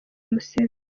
museveni